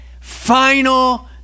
final